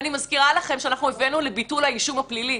ואני מזכירה לכם שאנחנו הבאנו לביטול האישום הפלילי,